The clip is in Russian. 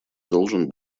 должен